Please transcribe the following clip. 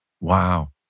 Wow